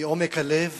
מעומק הלב